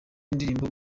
indirimbo